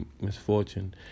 misfortune